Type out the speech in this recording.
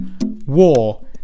War